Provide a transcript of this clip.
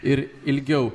ir ilgiau